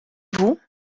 vous